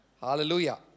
Hallelujah